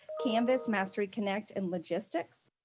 canvas, masteryconnect and logistics.